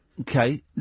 Okay